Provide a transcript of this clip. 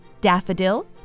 Daffodil